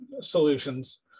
solutions